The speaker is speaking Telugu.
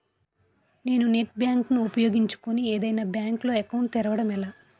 నేను నెట్ బ్యాంకింగ్ ను ఉపయోగించుకుని ఏదైనా బ్యాంక్ లో అకౌంట్ తెరవడం ఎలా?